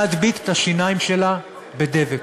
להדביק את השיניים שלה בדבק.